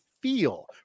Feel